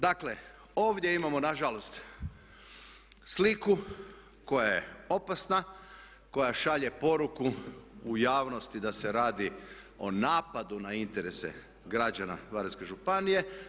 Dakle, ovdje imamo na žalost sliku koja je opasna, koja šalje poruku u javnosti da se radi o napadu na interese građana Varaždinske županije.